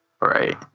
Right